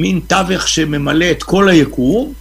מין תווך שממלא את כל היקום,